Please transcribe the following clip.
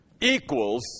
equals